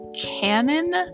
canon